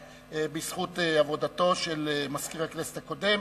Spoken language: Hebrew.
ובזכות עבודתו של מזכיר הכנסת הקודם